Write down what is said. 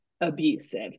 abusive